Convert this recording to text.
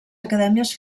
acadèmies